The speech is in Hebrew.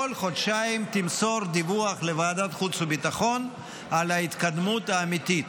כל חודשיים תמסור דיווח לוועדת החוץ והביטחון על ההתקדמות האמיתית.